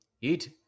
Eat